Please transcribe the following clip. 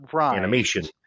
animation